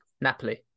Napoli